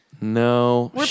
No